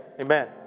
amen